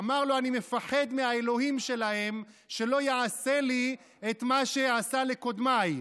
אמר לו: אני מפחד מהאלוהים שלהם שלא יעשה לי את שעשה לקודמיי.